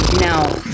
Now